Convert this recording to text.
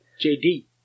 JD